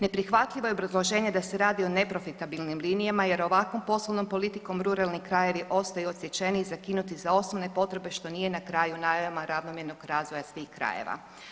Neprihvatljivo je obrazloženje da se radi o neprofitabilnim linijama jer ovakvom poslovnom politikom ruralni krajevi ostaju odsječeni i zakinuti za osnovne potrebe što nije na kraju … [[Govornik se ne razumije]] ravnomjernog razvoja svih krajeva.